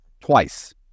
twice